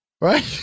right